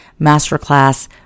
masterclass